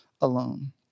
alone